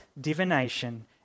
divination